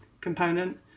component